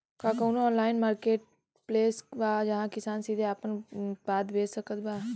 का कउनों online marketplace बा जहां किसान सीधे आपन उत्पाद बेच सकत बा?